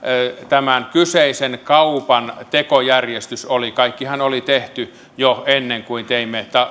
tämän kyseisen kaupan tekojärjestys oli kaikkihan oli tehty jo ennen kuin teimme